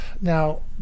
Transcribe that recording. Now